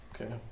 Okay